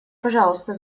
пожалуйста